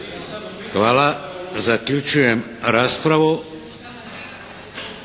Hvala. Zaključujem raspravu.